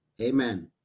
Amen